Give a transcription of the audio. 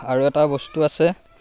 আৰু এটা বস্তু আছে